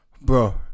bro